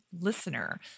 listener